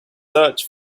search